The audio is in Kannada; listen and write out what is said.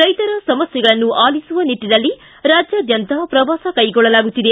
ರೈತರ ಸಮಸ್ಥೆಗಳನ್ನು ಆಲಿಸುವ ನಿಟ್ಟನಲ್ಲಿ ರಾಜ್ಯಾದ್ಯಂತ ಪ್ರವಾಸ ಕೈಗೊಳ್ಳಲಾಗುತ್ತಿದೆ